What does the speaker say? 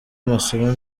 amasomo